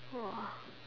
!wah!